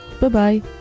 Bye-bye